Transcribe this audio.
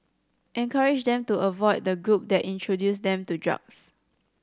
encourage them to avoid the group that introduced them to drugs